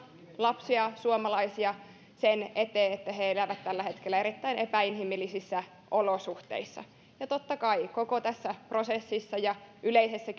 lapsia suomalaisia sen takia että he elävät tällä hetkellä erittäin epäinhimillisissä olosuhteissa totta kai koko tässä prosessissa ja yleisessä